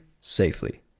safely